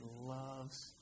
loves